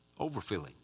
overfilling